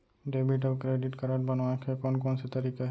Debit अऊ credit card बनवाए के कोन कोन से तरीका हे?